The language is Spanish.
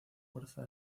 fuerza